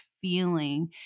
feeling